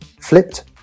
flipped